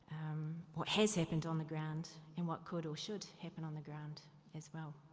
what has happened on the ground, and what could or should happen on the ground as well.